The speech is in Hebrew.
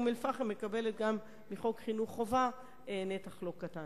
אום-אל-פחם מקבלת גם מחוק חינוך חובה נתח לא קטן.